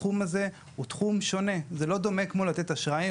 התחום הזה הוא תחום שונה; הוא לא דומה למתן אשראי.